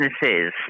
businesses